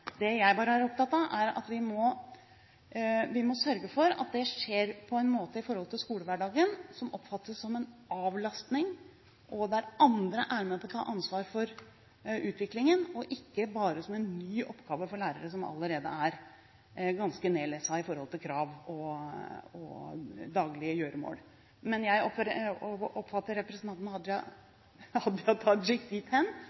det gjelder forebygging. Det jeg er opptatt av, er at vi må sørge for at dette skjer på en måte som i skolehverdagen oppfattes som en avlastning, der andre er med på å ta ansvar for utviklingen – at det ikke bare er en ny oppgave for lærerne, som allerede er ganske nedlesset av krav og daglige gjøremål. Jeg oppfatter representanten